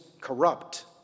corrupt